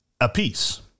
apiece